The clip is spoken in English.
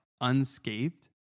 unscathed